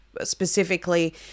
specifically